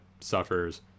suffers